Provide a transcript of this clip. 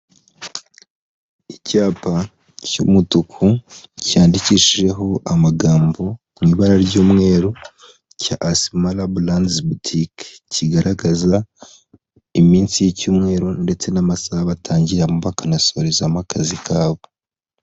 Icyapa cy'umutuku cyandikishijeho amagambo mu ibara ry'umweru cya asimara burandizi butike kigaragaza iminsi y'icyumweru ndetse n'amasaha batangiriramo, bakanasorezamo akazi kabo.